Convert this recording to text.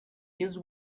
his